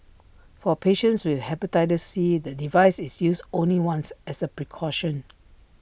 for patients with Hepatitis C the device is used only once as A precaution